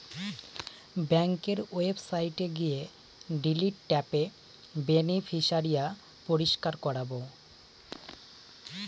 ব্যাঙ্কের ওয়েবসাইটে গিয়ে ডিলিট ট্যাবে বেনিফিশিয়ারি পরিষ্কার করাবো